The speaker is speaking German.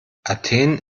athen